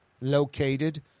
located